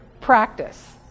Practice